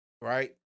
right